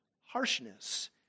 harshness